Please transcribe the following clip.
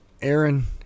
Aaron